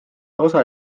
osa